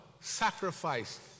sacrifice